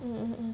mm mm mm